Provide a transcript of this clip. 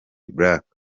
black